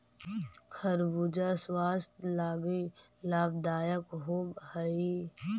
खरबूजा स्वास्थ्य लागी लाभदायक होब हई